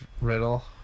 riddle